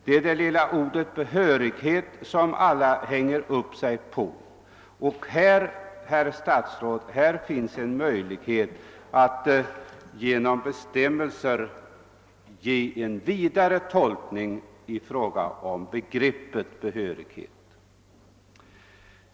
Det är det lilla ordet behörighet som alla hänger upp sig på och, herr statsråd, här finns en möjlighet att genom bestämmelser ge en vidare tolkning av detta begrepp.